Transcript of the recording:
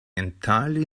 entirely